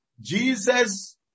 Jesus